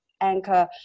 Anchor